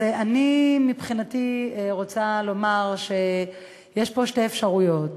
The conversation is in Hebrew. מבחינתי, אני רוצה לומר, יש פה שתי אפשרויות: